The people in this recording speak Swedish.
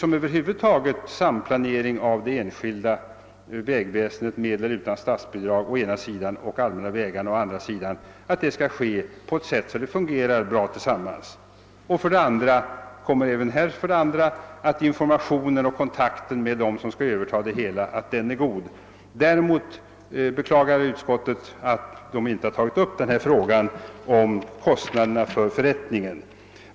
Över huvud taget skall samplaneringen av det enskilda vägväsendet med eller utan statsbidrag å ena sidan och de allmänna vägarna å andra sidan ske på ett sådant sätt att vägarna fungerar bra tillsammans. Vidare bör tillses att informationen till och kontakten med dem som skall överta det hela är god. Däremot beklagar utskottet att frågan om kostnaderna för förrättningen inte tagits upp av de sakkunniga.